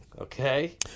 Okay